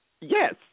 Yes